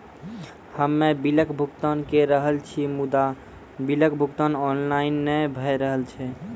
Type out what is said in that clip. हम्मे बिलक भुगतान के रहल छी मुदा, बिलक भुगतान ऑनलाइन नै भऽ रहल छै?